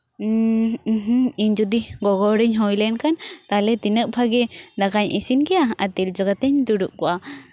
ᱤᱧ ᱡᱩᱫᱤ ᱜᱚᱜᱚ ᱦᱚᱲᱤᱧ ᱦᱩᱭ ᱞᱮᱱᱠᱷᱟᱱ ᱛᱟᱦᱞᱮ ᱛᱤᱱᱟᱹᱜ ᱵᱷᱟᱜᱮ ᱫᱟᱠᱟᱧ ᱤᱥᱤᱱ ᱠᱮᱭᱟ ᱟᱨ ᱛᱤᱞᱡᱩ ᱠᱟᱛᱮᱧ ᱫᱩᱲᱩᱵ ᱠᱚᱜᱼᱟ